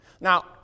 Now